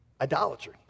idolatry